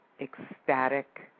ecstatic